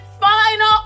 final